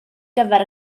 gyfer